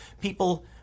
people